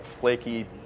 flaky